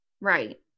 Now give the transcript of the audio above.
Right